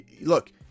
Look